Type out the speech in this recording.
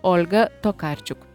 olga tokarčuk